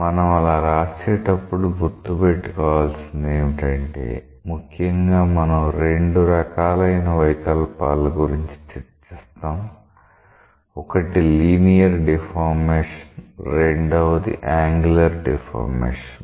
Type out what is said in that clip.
మనం అలా రాసేటప్పుడు గుర్తు పెట్టుకోవాల్సింది ఏమిటంటే ముఖ్యంగా మనం రెండు రకాలైన వైకల్పాల గురించి చర్చిస్తాం ఒకటి లీనియర్ డిఫార్మేషన్ రెండవది యాంగులర్ డిఫార్మేషన్